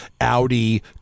Audi